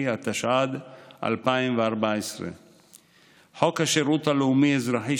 התשע"ד 2014. חוק השירות הלאומי-אזרחי,